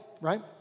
Right